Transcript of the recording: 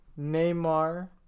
Neymar